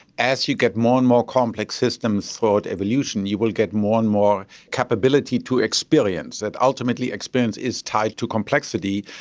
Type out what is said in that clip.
as you get more and more complex systems throughout evolution you will get more and more capability to experience, that ultimately experience is tied to complexity,